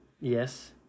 Yes